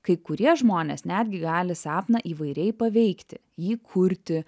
kai kurie žmonės netgi gali sapną įvairiai paveikti jį kurti